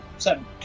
Seven